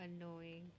annoying